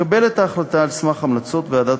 והוא מקבל את ההחלטה על סמך המלצות ועדת